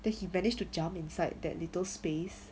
then he managed to jump inside that little space